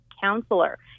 counselor